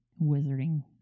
wizarding